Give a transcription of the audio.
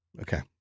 Okay